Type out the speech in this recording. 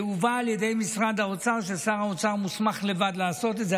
זה הובא על ידי משרד האוצר ששר האוצר מוסמך לבד לעשות את זה.